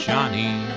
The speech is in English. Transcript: Johnny